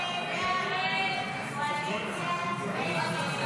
הסתייגות 47 לא נתקבלה.